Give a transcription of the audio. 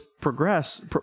progress